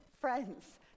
friends